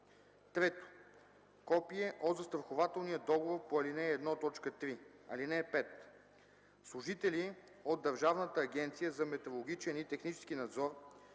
3. копие от застрахователния договор по ал. 1, т. 3. (5) Служители от Държавната агенция за метрологичен и технически надзор